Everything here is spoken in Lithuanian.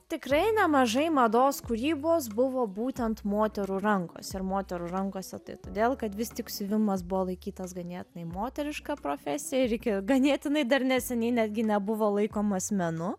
tikrai nemažai mados kūrybos buvo būtent moterų rankose ir moterų rankose tai todėl kad vis tik siuvimas buvo laikytas ganėtinai moteriška profesija ir iki ganėtinai dar neseniai netgi nebuvo laikomas menu